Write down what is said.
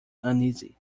uneasy